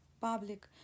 public